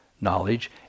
knowledge